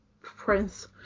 Prince